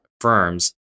firms